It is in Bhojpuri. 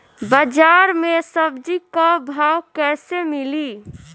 बाजार मे सब्जी क भाव कैसे मिली?